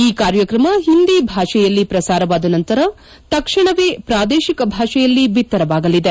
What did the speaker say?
ಈ ಕಾರ್ಯಕ್ರಮ ಹಿಂದಿ ಭಾಷೆಯಲ್ಲಿ ಪ್ರಸಾರವಾದ ನಂತರ ತಕ್ಷಣವೇ ಪ್ರಾದೇಶಿಕ ಭಾಷೆಯಲ್ಲಿ ಬಿತ್ತರವಾಗಲಿದೆ